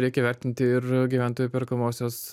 reikia vertinti ir gyventojų perkamosios